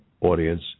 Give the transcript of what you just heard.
audience